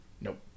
Nope